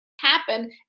happen